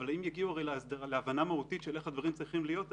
אבל אם יגיעו להבנה מהותית של איך הדברים צריכים להיות,